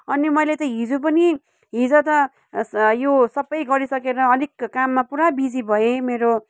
अनि मैले त हिजो पनि हिजो त यो सबै गरिसकेर अलिक काममा पुरा बिजी भएँ मेरो